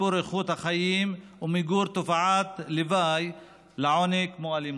שיפור איכות חיים ומיגור תופעות לוואי לעוני כמו אלימות.